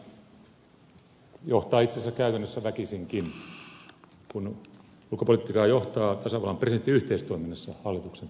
tähän tämä nykyinen järjestelmä johtaa itse asiassa käytännössä väkisinkin kun ulkopolitiikkaa johtaa tasavallan presidentti yhteistoiminnassa hallituksen kanssa